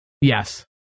Yes